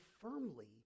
firmly